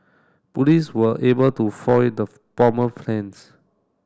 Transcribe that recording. police were able to foil the bomber's plans